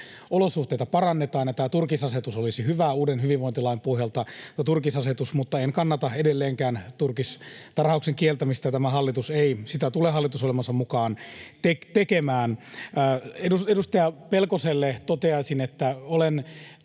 olosuhteita parannetaan, ja tämä turkisasetus olisi hyvä uuden hyvinvointilain pohjalta, mutta en kannata edelleenkään turkistarhauksen kieltämistä. Tämä hallitus ei sitä tule hallitusohjelmansa mukaan tekemään. Edustaja Pelkoselle toteaisin, että olen